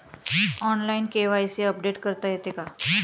Online KYC update करता येते का?